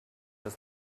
was